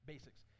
basics